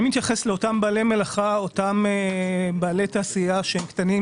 אני מתייחס לאותם בעלי מלאכה ותעשייה שהם קטנים,